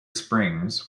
springs